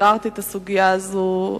ביררתי את הסוגיה הזאת,